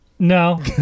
No